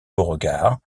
beauregard